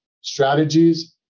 strategies